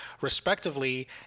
respectively